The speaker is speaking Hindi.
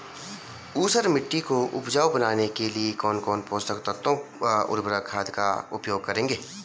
ऊसर मिट्टी को उपजाऊ बनाने के लिए कौन कौन पोषक तत्वों व उर्वरक खाद का उपयोग करेंगे?